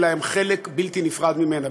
אלא הם חלק בלתי נפרד ממנה.